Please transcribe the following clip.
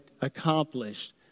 accomplished